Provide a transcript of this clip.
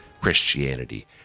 Christianity